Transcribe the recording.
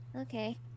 Okay